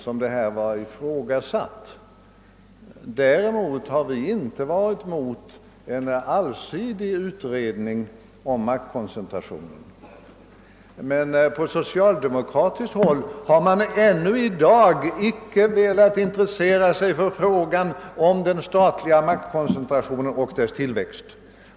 Däremot har vi inte haft något att invända mot en allsidig utredning om maktkoncentrationen. På socialdemokratiskt håll har man emellertid ännu inte velat intressera sig för frågan om den statliga maktkoncentrationen och dess tillväxt.